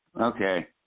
Okay